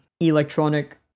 electronic